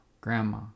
grandma